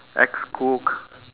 ex-cook